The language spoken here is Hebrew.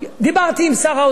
דיברתי עם שר האוצר,